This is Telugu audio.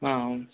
అవును